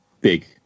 big